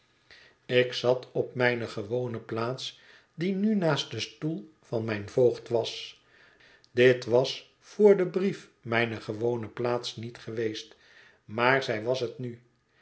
ik zat op mijne gewone plaats die nu naast den stoel van mijn voogd was dit was vr den brief mijne gewone plaats niet geweest maar zij was het nu